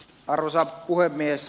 arvoisa puhemies